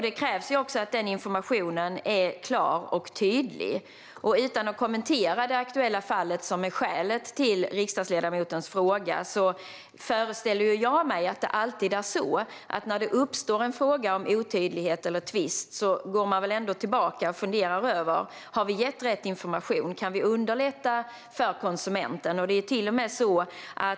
Det krävs också att den informationen är klar och tydlig. Utan att kommentera det aktuella fallet, som är skälet till riksdagsledamotens fråga, föreställer jag mig att när det uppstår en fråga om otydlighet eller tvist går man väl ändå tillbaka och funderar över om man har gett rätt information och om man kan underlätta för konsumenten.